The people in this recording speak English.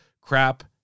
crap